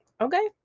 Okay